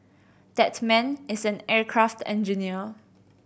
that man is an aircraft engineer